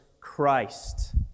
Christ